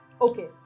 Okay